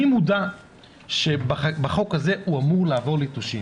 אני מודע שהחוק הזה אמור לעבור ליטושים.